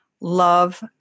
love